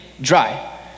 dry